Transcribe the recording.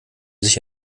sich